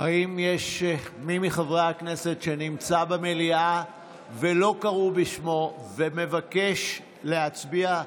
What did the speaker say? האם יש מי מחברי הכנסת שנמצא במליאה ולא קראו בשמו ומבקש להצביע?